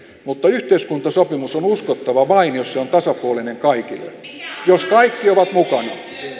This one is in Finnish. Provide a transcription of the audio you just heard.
mutta yhteiskuntasopimus on uskottava vain jos se on tasapuolinen kaikille jos kaikki ovat mukana